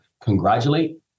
congratulate